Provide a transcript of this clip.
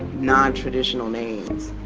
non-traditional names.